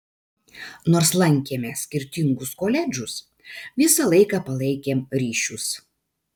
nors lankėme skirtingus koledžus visą laiką palaikėm ryšius